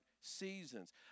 seasons